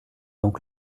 donc